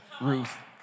Ruth